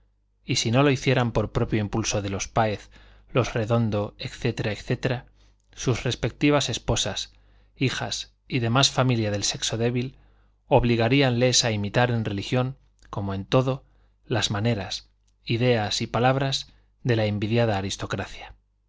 y si no lo hicieran por propio impulso los páez los redondo etc etc sus respectivas esposas hijas y demás familia del sexo débil obligaríanles a imitar en religión como en todo las maneras ideas y palabras de la envidiada aristocracia